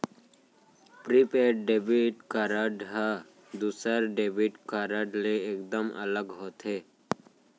prepaid debit card ह दूसर debit card ले एकदम अलग होथे